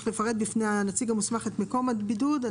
לפרט בפני הנציג המוסמך את מקום הבידוד.